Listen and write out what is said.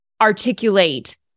articulate